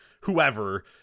whoever